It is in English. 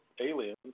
aliens